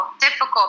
difficult